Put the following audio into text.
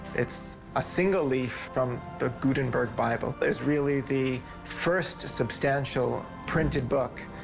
it's a single leaf from the gutenberg bible. it's really the first substantial printed book